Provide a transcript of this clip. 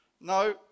No